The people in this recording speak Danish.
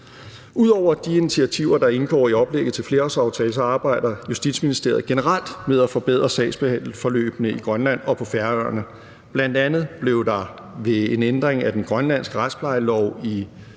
Ud over de initiativer, der indgår i oplægget til flerårsaftalen, arbejder Justitsministeriet generelt med at forbedre sagsbehandlingsforløbene i Grønland og på Færøerne. Bl.a. blev der ved en ændring af den grønlandske retsplejelov i